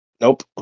Nope